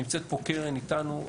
נמצאת פה קרן איתנו,